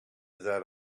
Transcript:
that